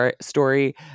story